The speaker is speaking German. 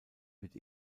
wird